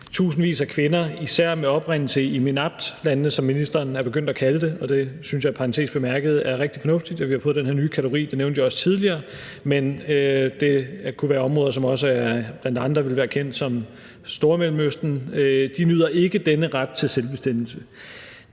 Tusindvis af kvinder, især med oprindelse i MENAPT-landene, som ministeren er begyndt at kalde dem – det synes jeg i parentes bemærket er rigtig fornuftigt, altså at vi har fået den her nye kategori, og det nævnte jeg også tidligere; det kunne være områder, som bl.a. også ville være kendt som Stormellemøsten – nyder ikke den ret til selvbestemmelse.